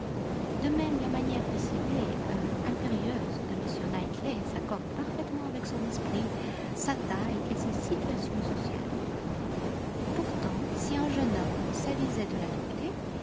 de même la manière décidée impérieuse de m knightley s'accorde parfaitement avec son esprit sa taille et sa situation sociale pourtant si un jeune homme s'avisait de l'adopter